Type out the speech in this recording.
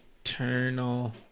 Eternal